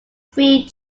three